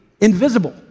invisible